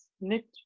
knit